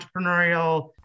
entrepreneurial